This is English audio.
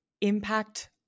impact